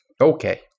Okay